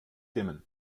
dimmen